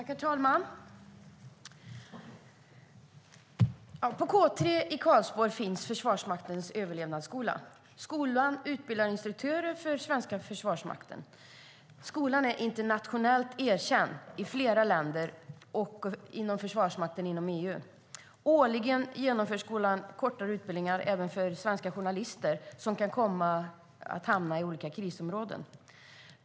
Herr talman! På K 3 i Karlsborg finns Försvarsmaktens överlevnadsskola. Skolan utbildar instruktörer för svenska Försvarsmakten. Skolan har ett internationellt erkännande, och flera länders försvarsmakter inom EU gästar de olika utbildningarna. Årligen genomför skolan kortare utbildningar även för svenska journalister som kan komma att arbeta i olika krisområden.